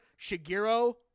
Shigeru